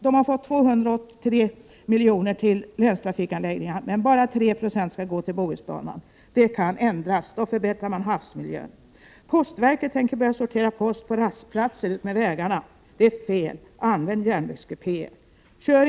Det har anslagits 283 milj.kr. till länstrafikanläggningar, men bara 3 26 skall gå till Bohusbanan. Det kan ändras. Då förbättrar man havsmiljön. Postverket tänker börja sortera post på rastplatser utmed vägarna. Det är fel. Använd järnvägskupéer!